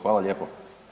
Hvala lijepo.